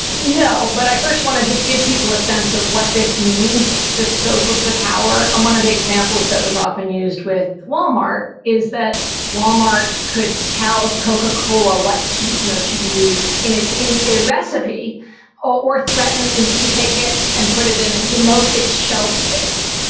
and no, but i first want to just give people a sense of what this means, the scope of the power. and one of the examples that was often used with wal-mart is that wal-mart could tell coca-cola what sweetener to use in its in a recipe or threaten to take it and put it in demote its shelf space.